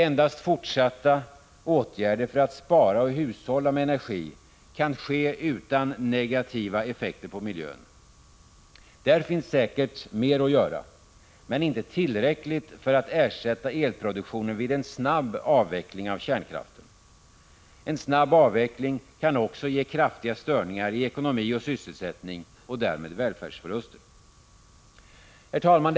Endast fortsatta åtgärder för att spara och hushålla med energi kan ske utan negativa effekter på miljön. Där finns säkert mer att göra, men inte tillräckligt för att ersätta elproduktionen vid en snabb avveckling av kärnkraften. En snabb avveckling kan också ge kraftiga störningar i ekonomi och sysselsättning och därmed välfärdsförluster. Herr talman!